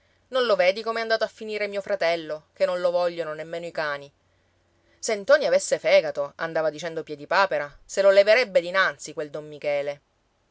non lo vedi come è andato a finire mio fratello che non lo vogliono nemmeno i cani se ntoni avesse fegato andava dicendo piedipapera se lo leverebbe dinanzi quel don michele